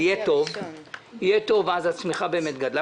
יהיה טוב, אז הצמיחה באמת גדלה.